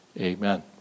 Amen